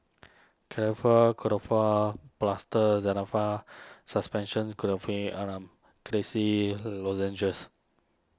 Plaster Zental Far Suspension Clay See Lozenges